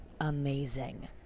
amazing